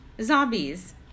Zombies